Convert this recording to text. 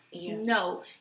No